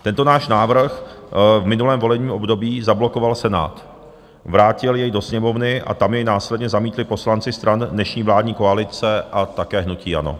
Tento náš návrh v minulém volebním období zablokoval Senát, vrátil jej do Sněmovny a tam jej následně zamítli poslanci stran dnešní vládní koalice a také hnutí ANO.